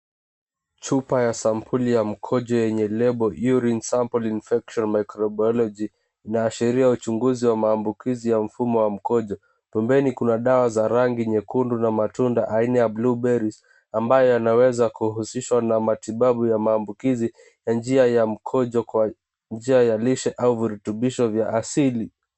Chupa ya sampuli ya mkojo yenye lebo, Urine Sample Infection Microbiology inaashiria uchunguzi wa maambukizi ya mfumo wa mkojo. Pembeni kuna dawa za rangi nyekundu na matunda aina ya blue berries ambayo yanaweza kuhusishwa na matibabu ya maambukizi kwa njia ya mkojo kwa njia ya lishe au virutubisho vya asili.